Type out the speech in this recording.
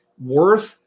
worth